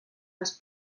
els